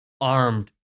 armed